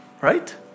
right